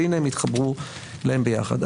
והנה הם התחברו להם ביחד.